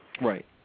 Right